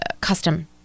custom